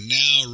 now